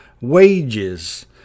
wages